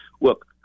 Look